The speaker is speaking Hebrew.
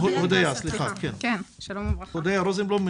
הודיה רוזנבלום,